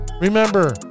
Remember